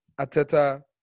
Ateta